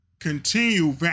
Continue